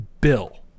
Bill